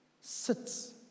sits